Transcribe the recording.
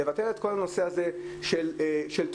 לבטל את כל הנושא הזה של תעודות.